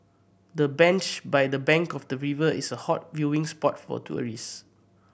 the bench by the bank of the river is a hot viewing spot for tourist